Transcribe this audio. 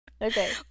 Okay